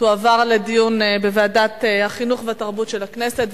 תועבר לדיון בוועדת החינוך והתרבות של הכנסת.